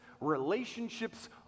relationships